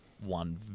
one